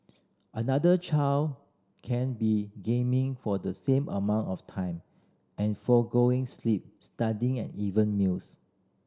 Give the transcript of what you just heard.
another child can be gaming for the same amount of time and forgoing sleep studying and even meals